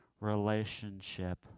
relationship